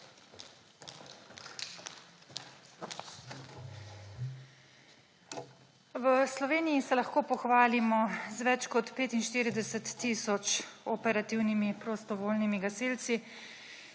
V Sloveniji se lahko pohvalimo z več kot 45 tisoč operativnimi prostovoljnimi gasilci,